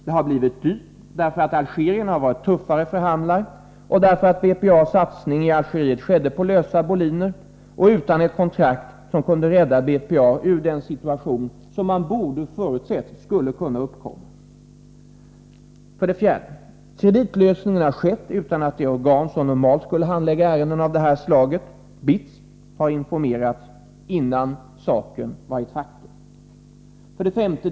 Det 'har blivit dyrt — därför att algerierna har varit tuffare förhandlare och därför att BPA:s satsning i Algeriet skedde på lösa boliner och utan ett kontrakt som kunde rädda BPA ur den situation som man borde ha förutsett skulle kunna uppkomma. 4. Kreditlösningen har skett utan att det organ — BITS — som normalt skall handlägga ärenden av det aktuella slaget informerats innan saken var ett faktum. 5.